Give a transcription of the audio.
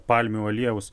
palmių aliejaus